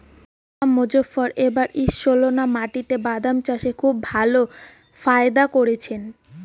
বাঃ মোজফ্ফর এবার ঈষৎলোনা মাটিতে বাদাম চাষে খুব ভালো ফায়দা করেছে